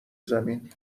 زمین